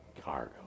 cargo